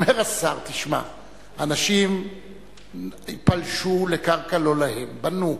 אומר השר: תשמע, אנשים פלשו לקרקע לא להם, בנו.